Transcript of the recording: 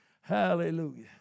hallelujah